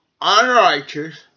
unrighteous